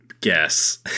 guess